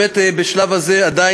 האמת היא שבאמת צריך לדייק,